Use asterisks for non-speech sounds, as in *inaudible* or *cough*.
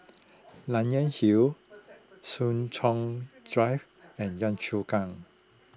*noise* Nanyang Hill Soo Chow Drive and Yio Chu Kang